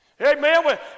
Amen